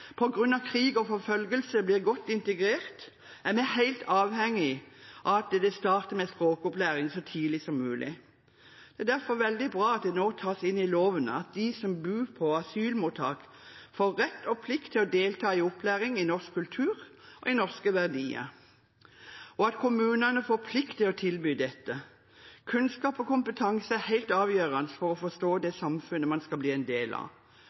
krig og forfølgelse blir godt integrert, er vi helt avhengig av at vi starter med språkopplæring så tidlig som mulig. Det er derfor veldig bra at det nå tas inn i loven at de som bor på asylmottak, får rett og plikt til å delta i opplæring i norsk kultur og i norske verdier, og at kommunene får plikt til å tilby dette. Kunnskap og kompetanse er helt avgjørende for å forstå det samfunnet man skal bli en del av.